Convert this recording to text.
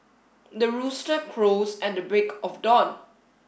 the rooster crows at the break of dawn